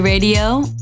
Radio